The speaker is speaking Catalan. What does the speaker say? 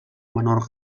menor